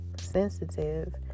sensitive